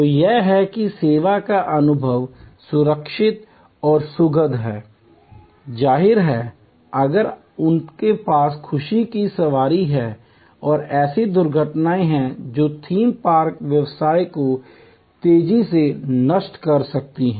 तो यह है कि सेवा का अनुभव सुरक्षित और सुखद है जाहिर है अगर उनके पास खुशी की सवारी है और ऐसी दुर्घटनाएं हैं जो थीम पार्क व्यवसाय को तेजी से नष्ट कर सकती हैं